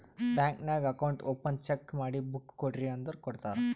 bank ನಾಗ್ account open cheque ಮಾಡಿ book ಕೊಡ್ರಿ ಅಂದುರ್ ಕೊಡ್ತಾರ್